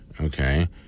Okay